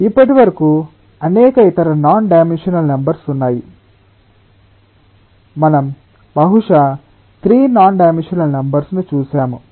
ఇప్పటివరకు అనేక ఇతర నాన్ డైమెన్షనల్ నంబర్స్ ఉన్నాయి మనం బహుశా 3 నాన్ డైమెన్షనల్ నంబర్స్ ను చూశాము